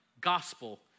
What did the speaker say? gospel